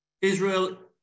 Israel